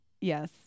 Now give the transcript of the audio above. yes